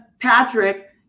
Patrick